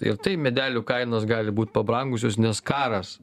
ir tai medelių kainos gali būt pabrangusios nes karas